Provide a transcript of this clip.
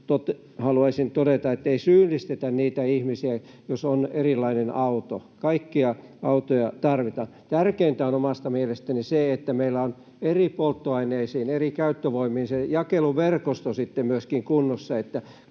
haluaisin todeta, ettei syyllistetä niitä ihmisiä, jos on erilainen auto. Kaikkia autoja tarvitaan. Tärkeintä on omasta mielestäni se, että meillä on eri polttoaineisiin, eri käyttövoimiin se jakeluverkosto sitten myöskin kunnossa,